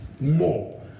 More